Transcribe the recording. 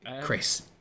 Chris